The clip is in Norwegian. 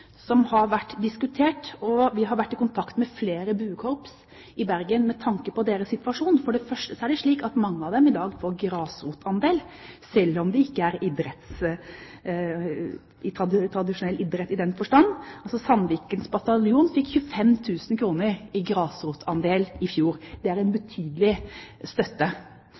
som har vært diskutert. Vi har vært i kontakt med flere buekorps i Bergen med tanke på deres situasjon. For det første er det slik at mange av dem i dag får grasrotandel, selv om det ikke dreier seg om tradisjonell idrett i den forstand. Sandvikens Bataljon fikk 25 000 kr i grasrotandel i fjor. Det er en betydelig støtte.